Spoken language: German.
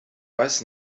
weiß